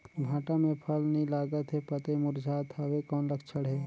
भांटा मे फल नी लागत हे पतई मुरझात हवय कौन लक्षण हे?